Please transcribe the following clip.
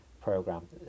program